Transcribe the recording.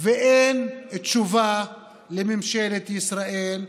ואין תשובה לממשלת ישראל.